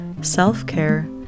self-care